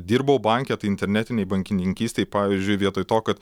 dirbau banke tai internetinėj bankininkystėj pavyzdžiui vietoj to kad